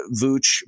Vooch